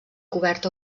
cobert